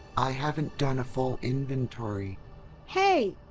i haven't done a full inventory hey,